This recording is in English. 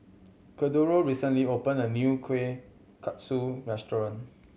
Cordero recently opened a new Kueh Kaswi restaurant